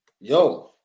yo